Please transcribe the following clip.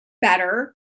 better